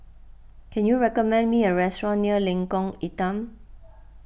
can you recommend me a restaurant near Lengkong Enam